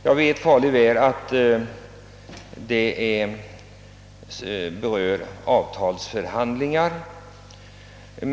Jag vet mycket väl att frågan hänför sig till avtalsförhandlingar.